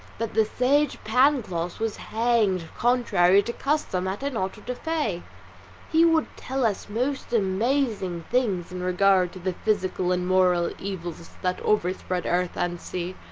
that the sage pangloss was hanged contrary to custom at an auto-da-fe he would tell us most amazing things in regard to the physical and moral evils that overspread earth and sea,